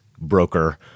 broker